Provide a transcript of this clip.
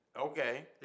Okay